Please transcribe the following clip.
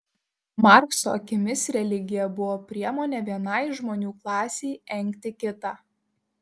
markso akimis religija buvo priemonė vienai žmonių klasei engti kitą